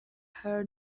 her